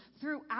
throughout